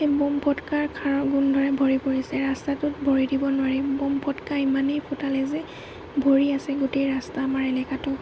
এই বোম ফটকাৰ খাৰৰ গোন্ধৰে ভৰি পৰিছে ৰাস্তাটোত ভৰি দিব নোৱাৰি বোম ফটকা ইমানেই ফুটালে যে ভৰি আছে গোটেই ৰাস্তা আমাৰ এলেকাতো